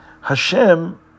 Hashem